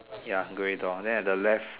ya grey door then at the left